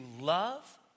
love